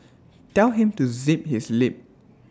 tell him to zip his lip